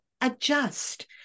adjust